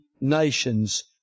nations